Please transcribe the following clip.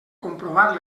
comprovar